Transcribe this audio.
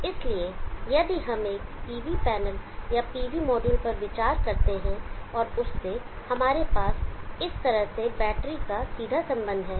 इसलिए यदि हम एक PV पैनल या PV मॉड्यूल पर विचार करते हैं और उससे हमारे पास इस तरह से बैटरी का सीधा संबंध है